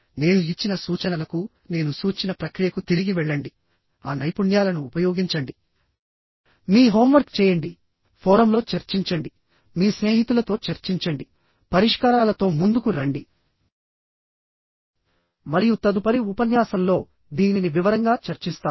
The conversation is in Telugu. నేను ఇచ్చిన సూచనలకు నేను సూచించిన ప్రక్రియకు తిరిగి వెళ్ళండి ఆ నైపుణ్యాలను ఉపయోగించండిమీ హోంవర్క్ చేయండి ఫోరమ్లో చర్చించండి మీ స్నేహితులతో చర్చించండి పరిష్కారాలతో ముందుకు రండిమరియు తదుపరి ఉపన్యాసంలో దీనిని వివరంగా చర్చిస్తాము